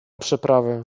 przeprawę